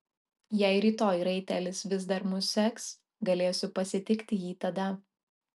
jei rytoj raitelis vis dar mus seks galėsiu pasitikti jį tada